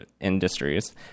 industries